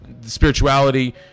spirituality